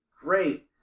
great